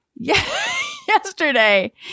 yesterday